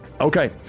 Okay